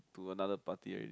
to another party already